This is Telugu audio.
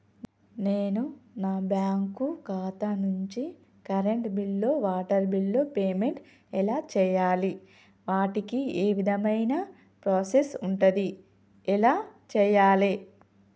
నేను నా బ్యాంకు ఖాతా నుంచి కరెంట్ బిల్లో వాటర్ బిల్లో పేమెంట్ ఎలా చేయాలి? వాటికి ఏ విధమైన ప్రాసెస్ ఉంటది? ఎలా చేయాలే?